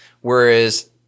whereas